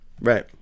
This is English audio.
Right